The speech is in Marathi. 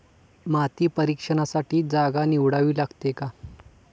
माती परीक्षणासाठी जागा निवडावी लागते का?